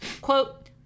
quote